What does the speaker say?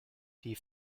die